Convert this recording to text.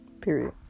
period